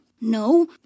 No